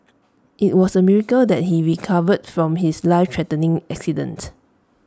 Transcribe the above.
IT was A miracle that he recovered from his lifethreatening accident